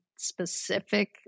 specific